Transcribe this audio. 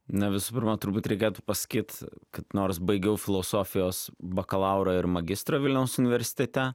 na visų pirma turbūt reikėtų pasakyt kad nors baigiau filosofijos bakalaurą ir magistrą vilniaus universitete